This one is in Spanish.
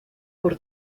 por